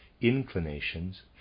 inclinations